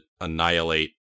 annihilate